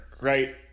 right